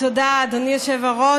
תודה, אדוני היושב-ראש.